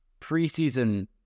preseason –